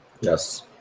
yes